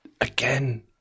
Again